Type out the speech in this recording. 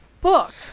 book